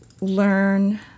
learn